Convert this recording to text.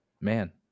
Man